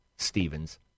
Stevens